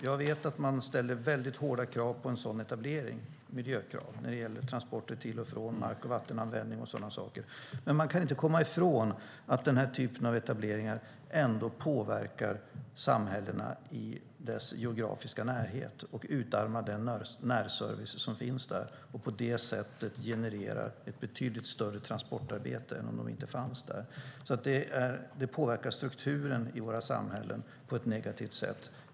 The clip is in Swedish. Jag vet att man ställer väldigt hårda miljökrav på en etablering när det gäller transporter till och från platsen och mark och vattenanvändning och sådana saker, men man kan inte komma ifrån att den här typen av etableringar ändå påverkar samhällena i dess geografiska närhet och utarmar den närservice som finns där och på det sättet genererar ett betydligt större transportarbete. Det påverkar strukturen i våra samhällen på ett negativt sätt.